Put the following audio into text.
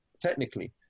technically